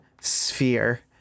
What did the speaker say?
sphere